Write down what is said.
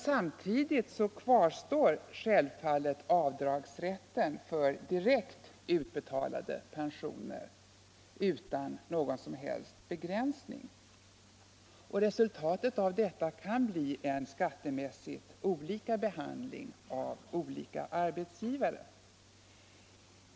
Samtidigt kvarstår självfallet avdragsrätten för direkt utbetalade pensioner utan någon som helst begränsning. Resultatet av detta kan bli en skattemässigt olika behandling av olika arbetsgivare.